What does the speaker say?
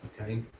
Okay